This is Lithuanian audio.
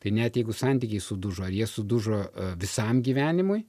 tai net jeigu santykiai sudužo ir jie sudužo visam gyvenimui